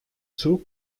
two